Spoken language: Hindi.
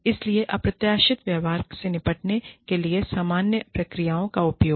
इसलिए अप्रत्याशित व्यवहार से निपटने के लिए सामान्य प्रक्रियाओ का उपयोग